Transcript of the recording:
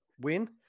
win